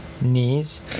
knees